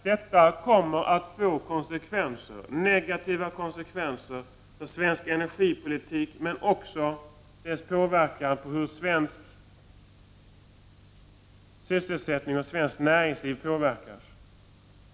Detta kommer att få negativa konsekvenser för svensk energipolitik. Det kommer även att påverka svenskt näringsliv och sysselsättningen i vårt land.